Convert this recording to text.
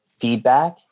feedback